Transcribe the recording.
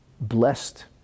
blessed